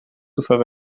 verwenden